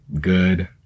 Good